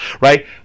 right